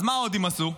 אז מה ההודים עשו?